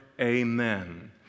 Amen